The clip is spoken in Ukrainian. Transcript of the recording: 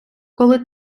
коли